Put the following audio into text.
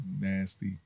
Nasty